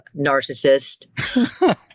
narcissist